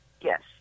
Yes